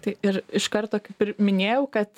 tai ir iš karto kaip ir minėjau kad